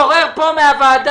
בורר פה מהוועדה.